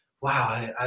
wow